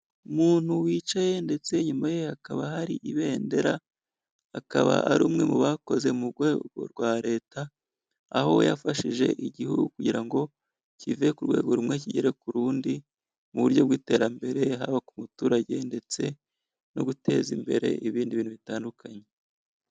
Umuntu wicaye ndetse nyuma ye hakaba hari ibendera, akaba ari umwe mu bakoze mu rwego rwa leta aho yafashije igihugu kugira ngo kive ku rwego rumwe kigere ku rundi, mu buryo bw'iterambere haba ku baturage, ndetse no guteza imbere ibindi bintu bitandukanye.